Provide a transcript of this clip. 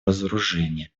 разоружения